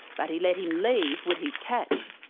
but he let him leave with his catch.